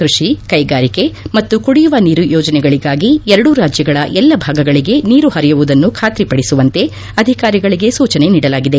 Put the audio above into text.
ಕೃಷಿ ಕೈಗಾರಿಕೆ ಮತ್ತು ಕುಡಿಯುವ ನೀರು ಯೋಜನೆಗಳಿಗಾಗಿ ಎರಡೂ ರಾಜ್ಯಗಳ ಎಲ್ಲ ಭಾಗಗಳಿಗೆ ನೀರು ಪರಿಯುವುದನ್ನು ಖಾತ್ರಿಪಡಿಸುವಂತೆ ಅಧಿಕಾರಿಗಳಿಗೆ ಸೂಚನೆ ನೀಡಲಾಗಿದೆ